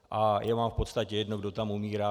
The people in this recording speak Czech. A je vám v podstatě jedno, kdo tam umírá.